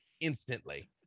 instantly